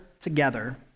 together